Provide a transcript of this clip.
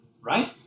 right